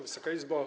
Wysoka Izbo!